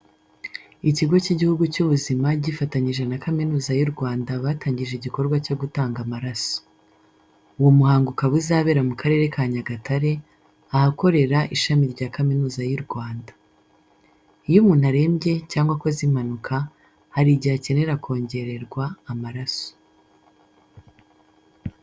Ikigo cy'igihugu cy'ubuzima gifatanyije na Kaminuza y'u Rwanda batangije igikorwa cyo gutanga amaraso. Uwo muhango ukaba uzabera mu Karere ka Nyagatare, ahakorera ishami rya Kaminuza y'u Rwanda. Iyo umuntu arembye cyangwa akoze impanuka, hari igihe akenera kongererwa amaraso.